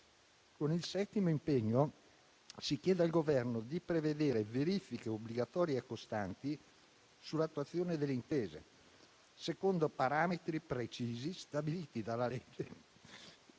Con il settimo impegno si chiede al Governo di prevedere verifiche obbligatorie e costanti sull'attuazione delle intese, secondo parametri precisi, stabiliti dalla legge